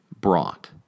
brought